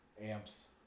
amps